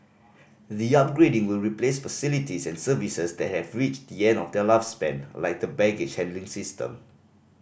the upgrading will replace facilities and services that have reached the end of their lifespan like the baggage handling system